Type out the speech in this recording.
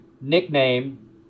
nickname